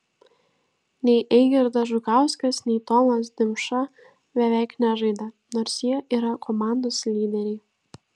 nei eigirdas žukauskas nei tomas dimša beveik nežaidė nors jie yra komandos lyderiai